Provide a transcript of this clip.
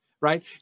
right